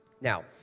Now